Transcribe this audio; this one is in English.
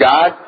God